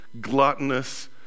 gluttonous